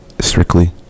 strictly